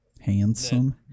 Handsome